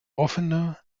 offener